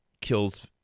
kills